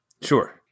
Sure